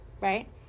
right